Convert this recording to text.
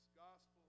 gospel